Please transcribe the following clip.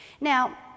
Now